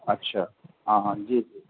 اچھا ہاں ہاں جی جی